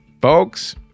Folks